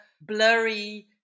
blurry